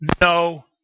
no